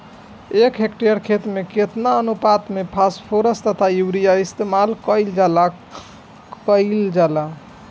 एक हेक्टयर खेत में केतना अनुपात में फासफोरस तथा यूरीया इस्तेमाल कईल जाला कईल जाला?